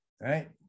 right